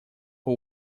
who